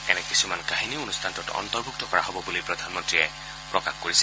এনে কিছুমান কাহিনী অনুষ্ঠানটোত অন্তৰ্ভুক্ত কৰা হ'ব বুলি প্ৰধানমন্ত্ৰীয়ে প্ৰকাশ কৰিছে